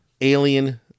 alien